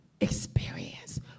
experience